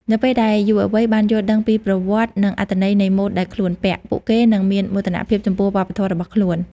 នៅពេលដែលយុវវ័យបានយល់ដឹងពីប្រវត្តិនិងអត្ថន័យនៃម៉ូដដែលខ្លួនពាក់ ពួកគេនឹងមានមោទនភាពចំពោះវប្បធម៌របស់ខ្លួន។